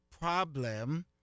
problem